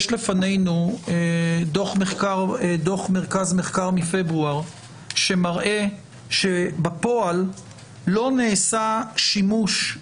יש לפנינו דוח מרכז מחקר מפברואר שמראה שבפועל לא נעשה שימוש,